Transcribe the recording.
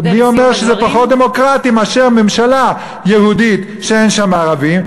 מי אומר שזה פחות דמוקרטי מאשר ממשלה יהודית שאין שם ערבים,